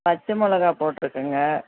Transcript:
பச்சமிளகா போட்டுருக்கங்க